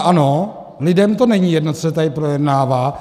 Ano, lidem to není jedno, co se tady projednává.